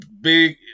big